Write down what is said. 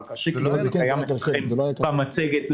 אבל הוא קיים מולכם במצגת.